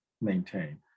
maintain